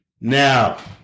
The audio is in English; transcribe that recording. Now